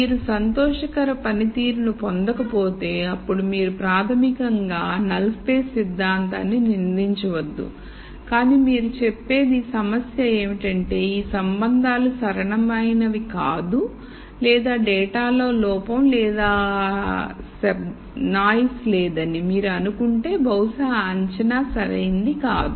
మీరు సంతోషకర పనితీరును పొందకపోతే అప్పుడు మీరు ప్రాథమికంగా శూన్య స్థల సిద్ధాంతాన్ని నిందించ వద్దు కానీ మీరు చెప్పేది సమస్య ఏమిటంటే ఈ సంబంధాలు సరళమైనవి కాదు లేదా డేటాలో లోపం లేదా శబ్దం లేదని మీరు అనుకుంటే బహుశా ఆ అంచనా సరైనది కాదు